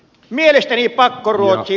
mielestäni pakkoruotsi